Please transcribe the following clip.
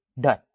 Done